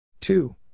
two